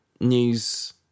news